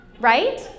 right